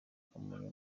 kamonyi